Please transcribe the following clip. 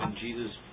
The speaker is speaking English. Jesus